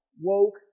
woke